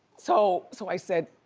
so so i said,